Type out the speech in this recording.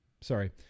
Sorry